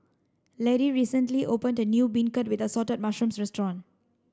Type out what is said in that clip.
Lidie recently opened a new beancurd with assorted mushrooms restaurant